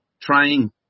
trying